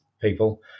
people